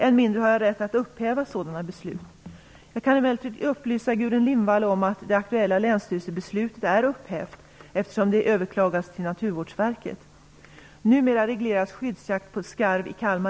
Än mindre har jag rätt att upphäva sådana beslut. Jag kan emellertid upplysa Gudrun Lindvall om att det aktuella länsstyrelsebeslutet är upphävt, eftersom det överklagats till Naturvårdsverket.